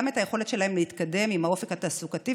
את היכולת שלהן להתקדם עם האופק התעסוקתי,